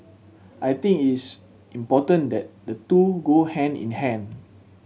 I think it's important that the two go hand in hand